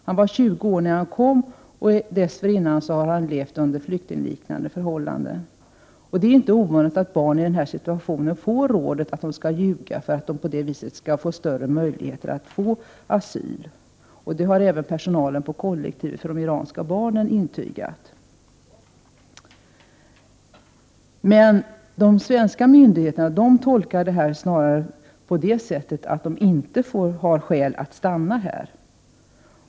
Han var 20 år när han kom. Dessförinnan hade han levt under flyktingliknande förhållanden. Det är inte ovanligt att barn i denna situation får rådet att ljuga för att på det viset ha större möjligheter att få asyl. Det har även personalen på kollektivet för de iranska barnen intygat. Men de svenska myndigheterna tolkar detta snarare så, att vederbörande saknar skäl för att stanna här.